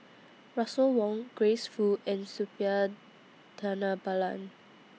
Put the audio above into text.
Russel Wong Grace Fu and Suppiah Dhanabalan